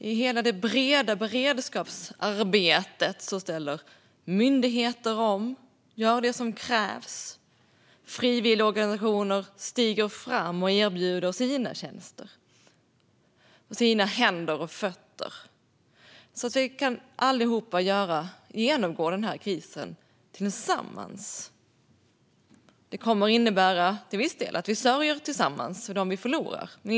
I hela det breda beredskapsarbetet ställer myndigheter om och gör det som krävs, och frivilligorganisationer stiger fram och erbjuder sina tjänster och sina händer och fötter, så att vi allihop kan genomgå den här krisen tillsammans. Det kommer till viss del att innebära att vi tillsammans sörjer dem vi förlorar.